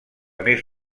més